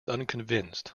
unconvinced